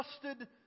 trusted